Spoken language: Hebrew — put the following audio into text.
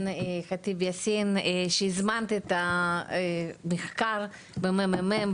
ח'טיב יאסין שהזמנת את המחקר מהממ"מ.